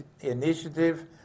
initiative